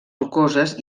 rocoses